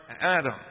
Adam